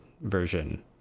version